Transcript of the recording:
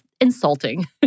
insulting